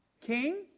king